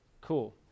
Cool